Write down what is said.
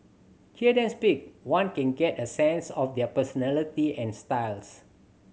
hear them speak one can get a sense of their personality and styles